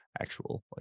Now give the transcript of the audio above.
actual